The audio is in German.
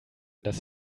dass